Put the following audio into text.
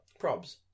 Probs